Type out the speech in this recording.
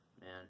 man